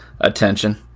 attention